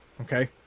Okay